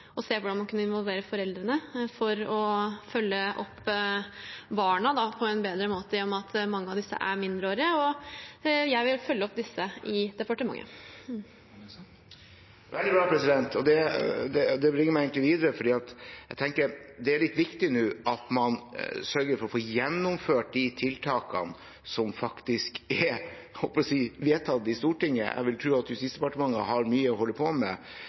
se hvordan man kunne involvere foreldrene for å følge opp barna på en bedre måte, i og med at mange av disse er mindreårige. Jeg vil følge opp dette i departementet. Det er veldig bra. Det bringer meg egentlig videre, for jeg tenker det er litt viktig at man nå sørger for å få gjennomført de tiltakene som faktisk er vedtatt i Stortinget. Jeg vil tro at Justisdepartementet har mye å holde på med